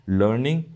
learning